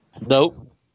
Nope